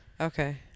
Okay